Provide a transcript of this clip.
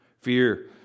Fear